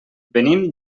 venim